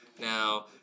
now